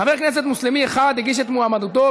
חבר כנסת מוסלמי אחד הגיש את מועמדותו,